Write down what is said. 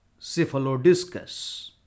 cephalodiscus